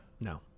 No